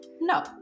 No